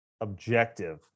objective